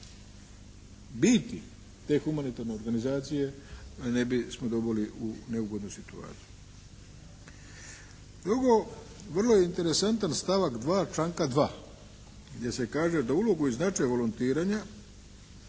biti te humanitarne organizacije ne bismo doveli u neugodnu situaciju. Drugo, vrlo je interesantan stavak 2. članka 2. gdje se kaže da ulogu i značaj volontiranja